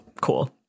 cool